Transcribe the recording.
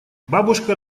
бабушка